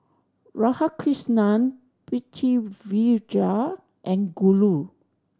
Radhakrishnan Pritiviraj and Guru